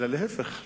אלא להיפך,